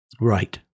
Right